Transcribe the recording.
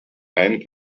and